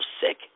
sick